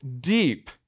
deep